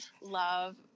love